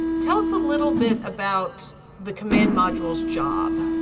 tell us a little bit about the command module's job.